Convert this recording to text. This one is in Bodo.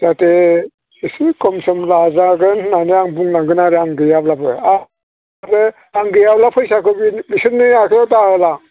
जाहाथे एसे खम सम लाजागोन होनानै आं बुंलांगोन आरो आं गैयाब्लाबो आरो आं गैयाब्ला फैसाखौ बिसोरनि आखाइयाव दाहोलां